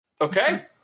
Okay